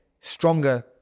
stronger